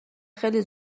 خیلی